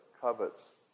covets